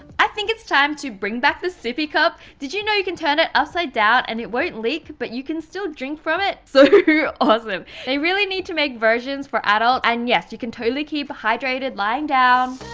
i think it's time to bring back the sippy cup did you know you can turn it upside down and it won't leak but you can still drink from it so through all of them they really need to make versions for adults and yes you can totally keep hydrated lying down